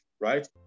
right